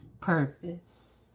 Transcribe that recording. Purpose